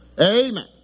Amen